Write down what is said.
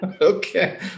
okay